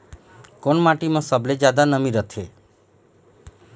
कोन माटी म सबले जादा नमी रथे?